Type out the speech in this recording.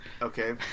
Okay